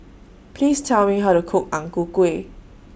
Please Tell Me How to Cook Ang Ku Kueh